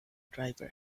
driver